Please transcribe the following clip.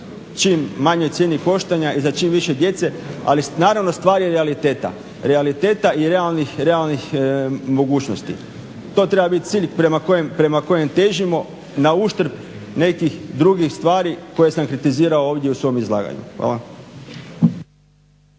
čim manjoj cijeni koštanja i za čim više djece. Ali naravno stvar je realiteta, realiteta i realnih mogućnosti. To treba biti cilj prema kojem težimo na uštrb nekih drugih stvari koje sam kritizirao ovdje u svom izlaganju. Hvala.